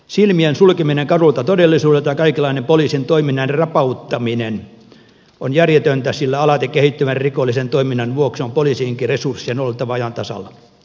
silmien sulkeminen karulta todellisuudelta ja kaikenlainen poliisin toiminnan rapauttaminen on järjetöntä sillä alati kehittyvän rikollisen toiminnan vuoksi on poliisinkin resurssien oltava ajan tasalla